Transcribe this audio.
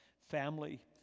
family